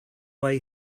way